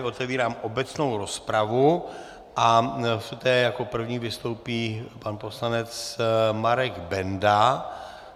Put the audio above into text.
Otevírám obecnou rozpravu a v té jako první vystoupí pan poslanec Marek Benda.